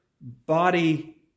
body